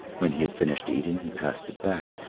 when he had finished eating, he passed it back.